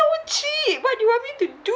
it's so cheap what do you want me to do